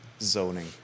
Zoning